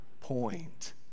point